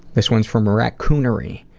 this one's from racoonery,